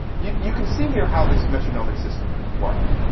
you you can see here how this metronomic system could work.